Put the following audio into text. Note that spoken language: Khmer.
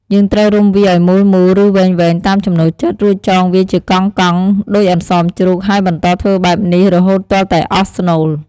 យើងត្រូវរុំវាឱ្យមូលៗ ឬវែងៗតាមចំណូលចិត្ត រួចចងវាជាកង់ៗ ដូចអន្សមជ្រូក ហើយបន្តធ្វើបែបនេះរហូតទាល់តែអស់ស្នូល។